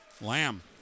Lamb